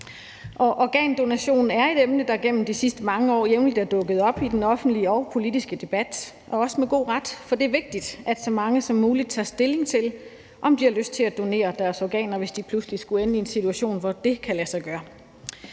Organdonation er et emne, der igennem de sidste mange år jævnligt er dukket op i den offentlige og politiske debat og også med god ret, for det er vigtigt, at så mange som muligt tager stilling til, om de har lyst til at donere deres organer, hvis de pludselig skulle ende i en situation, hvor det kan lade sig gøre.